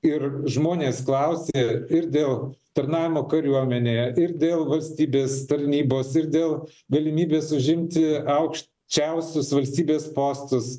ir žmonės klausė ir dėl tarnavimo kariuomenėje ir dėl valstybės tarnybos ir dėl galimybės užimti aukščiausius valstybės postus